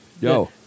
Yo